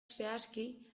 zehazki